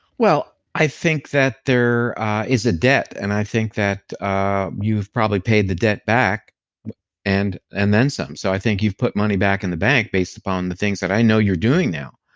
well, i think that there is a debt and i think that ah you've probably paid the debt back and and then some. so i think you've put money back in the bank based upon the things that i know you're doing now.